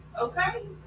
Okay